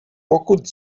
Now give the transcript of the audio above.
pokud